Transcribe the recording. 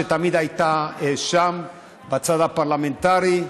שתמיד הייתה שם בצד הפרלמנטרי,